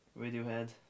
Radiohead